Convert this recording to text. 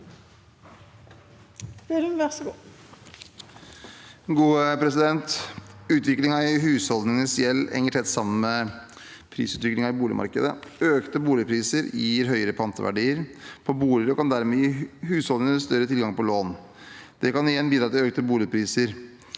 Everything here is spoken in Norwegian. Ut- viklingen i husholdningenes gjeld henger tett sammen med prisutviklingen i boligmarkedet. Økte boligpriser gir høyere panteverdi på boliger og kan dermed gi husholdningene større tilgang på lån. Det kan igjen bidra til økte boligpriser.